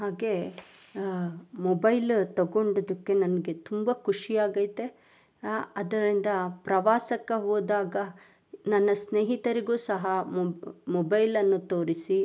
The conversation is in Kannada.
ಹಾಗೆ ಮೊಬೈಲ್ ತಗೊಂಡಿದ್ದಕ್ಕೆ ನನಗೆ ತುಂಬ ಖುಷಿ ಆಗೈತೆ ಅದರಿಂದ ಪ್ರವಾಸಕ್ಕೆ ಹೋದಾಗ ನನ್ನ ಸ್ನೇಹಿತರಿಗೂ ಸಹ ಮೊಬೈಲನ್ನು ತೋರಿಸಿ